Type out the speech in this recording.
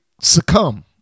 Succumb